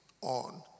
on